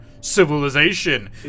civilization